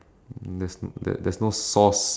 there's there there's no sauce